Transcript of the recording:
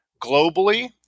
Globally